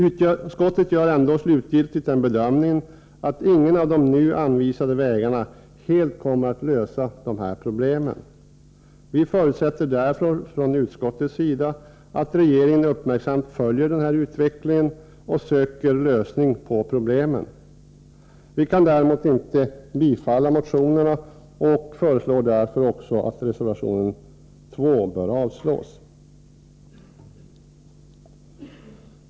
Utskottet gör slutligen den bedömningen att ingen av de nu anvisade vägarna helt löser alla problem. Man förutsätter därför att regeringen uppmärksamt följer utvecklingen och söker lösningar på problemen. Utskottet kan däremot inte tillstyrka motionerna och föreslår därför att också reservation 2 avslås.